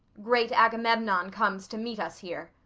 great agamemnon comes to meet us here.